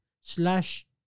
slash